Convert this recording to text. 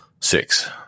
six